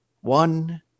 One